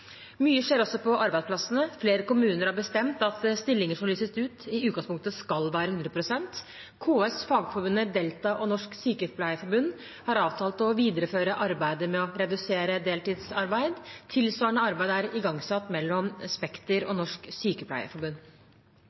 Mye skjer også på arbeidsplassene. Flere kommuner har bestemt at stillinger som lyses ut, i utgangspunktet skal være på 100 pst. KS, Fagforbundet, Delta og Norsk Sykepleierforbund har avtalt å videreføre arbeidet med å redusere deltidsarbeid. Tilsvarende arbeid er igangsatt mellom Spekter og Norsk Sykepleierforbund.